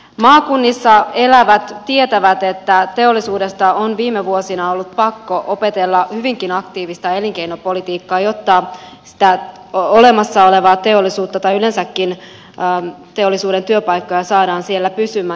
maakunnissa elävät tietävät että teollisuudessa on viime vuosina ollut pakko opetella hyvinkin aktiivista elinkeinopolitiikkaa jotta sitä olemassa olevaa teollisuutta tai yleensäkin teollisuuden työpaikkoja saadaan siellä pysymään